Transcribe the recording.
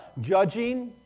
Judging